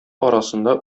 арасында